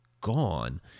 gone